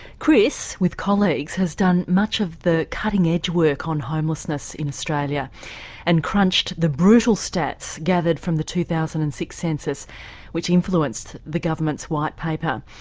chris, with colleagues, has done much of the cutting edge work on homelessness in australia and crunched the brutal stats gathered from the two thousand and six census which influenced the government's white paper.